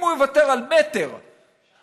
אם הוא יוותר על מטר מהשטח,